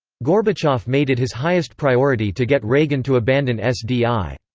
gorbachev made it his highest priority to get reagan to abandon sdi.